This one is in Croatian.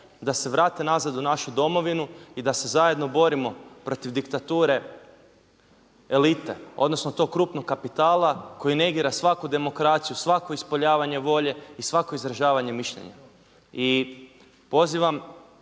da se vrate nazad u našu Domovinu i da se zajedno borimo protiv diktature elite odnosno tog krupnog kapitala koji negira svaku demokraciju, svako ispoljavanje volje i svako izražavanje mišljenja.